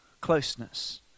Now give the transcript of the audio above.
closeness